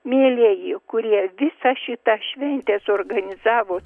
mielieji kurie visą šitą šventę suorganizavo